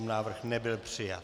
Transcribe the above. Návrh nebyl přijat.